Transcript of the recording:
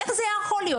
איך זה יכול להיות?